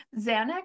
Xanax